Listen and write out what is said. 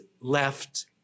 left